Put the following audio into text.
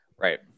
Right